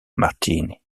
martini